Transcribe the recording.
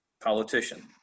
politician